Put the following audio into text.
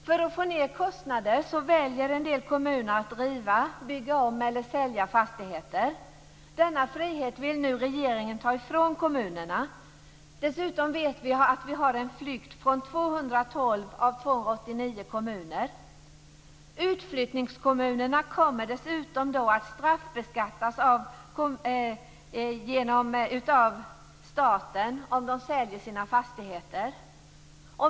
För att få ned kostnaderna väljer en del kommuner att riva, bygga om eller sälja fastigheter. Denna frihet vill nu regeringen ta ifrån kommunerna. Dessutom vet vi att det sker en utflyttning från 212 av 289 kommuner. Utflyttningskommunerna kommer dessutom att straffbeskattas av staten om de säljer sina fastigheter.